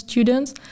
students